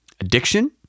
addiction